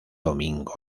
domingo